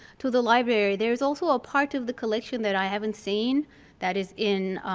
to the library. there's also a part of the collection that i haven't seen that is in